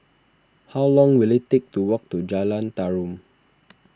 how long will it take to walk to Jalan Tarum